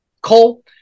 Cole